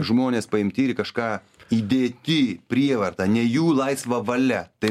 žmones paimti ir į kažką įdėti prievarta ne jų laisva valia tai